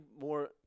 more